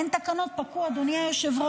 אורית, את מרדימה, תכניסי קצת אנרגיות.